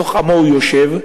בתוך עמו הוא יושב,